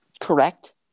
correct